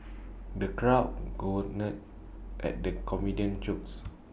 the crowd at the comedian's jokes